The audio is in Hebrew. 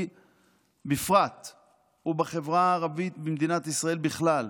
בפרט ובחברה הערבית במדינת ישראל בכלל,